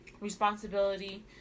responsibility